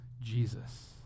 Jesus